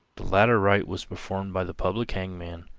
the latter rite was performed by the public hangman,